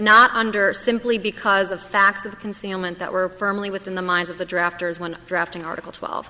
not under simply because of facts of concealment that were firmly within the minds of the drafters when drafting article twelve